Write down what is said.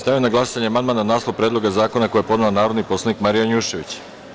Stavljam na glasanje amandman na naslov Predloga zakona koji je podnela narodni poslanik Marija Janjušević.